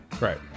Right